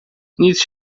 nic